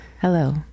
hello